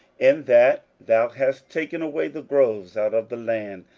in that thou hast taken away the groves out of the land,